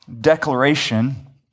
declaration